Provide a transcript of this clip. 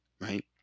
right